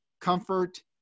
comfort